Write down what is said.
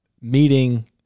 meeting